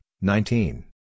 nineteen